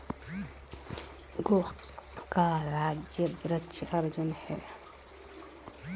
गोवा का राजकीय वृक्ष अर्जुन है